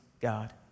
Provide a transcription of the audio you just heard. God